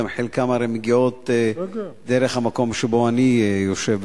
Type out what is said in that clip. חלקן גם מגיעות דרך המקום שבו אני יושב,